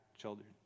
children